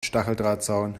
stacheldrahtzaun